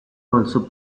also